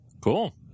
Cool